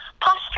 posture